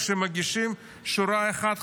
כשמגישים שורה אחת,